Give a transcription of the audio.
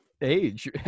age